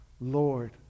Lord